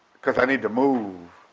cause i need to move,